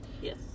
Yes